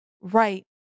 right